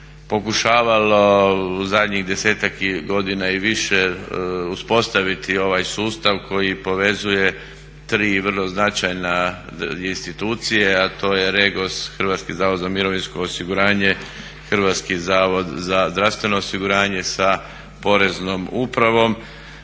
pokušavalo u zadnjih desetak godina i više uspostaviti ovaj sustav koji povezuje tri vrlo značajna institucije, a to je REGOS, Hrvatski zavod za mirovinsko osiguranje, Hrvatski zavod za zdravstveno osiguranje sa Poreznom upravom